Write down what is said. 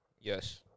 Yes